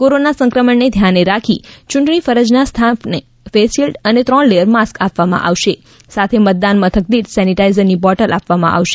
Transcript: corona સંક્રમણ ને ધ્યાને રાખે ચૂંટણી ફરજ ના સ્ટાફને ફેસ શિલ્ડ અને ત્રણ લેચર માસ્ક આપવામાં આવશે સાથે મતદાન મથક દીઠ સેનીટાઇઝર ની બોટલ આપવામાં આવશે